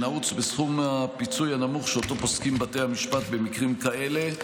שנעוץ בסכום הפיצוי הנמוך שפוסקים בתי המשפט במקרים כאלה.